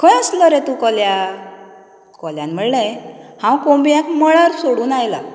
खंय आसलो रे तूं कोल्या कोल्यान म्हणलें हांव कोंबयांक मळार सोडून आयलां